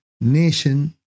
nation